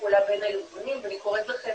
פעולה בין הארגונים ואני קוראת לכם